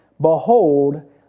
Behold